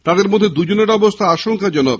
তাঁদের মধ্যে দুজনের অবস্থা আশঙ্কাজনক